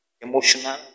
emotional